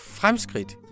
fremskridt